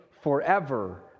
forever